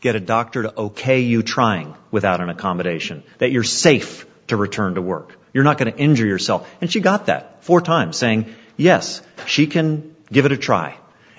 get a doctor to ok you trying without an accommodation that you're safe to return to work you're not going to injure yourself and she got that four times saying yes she can give it a try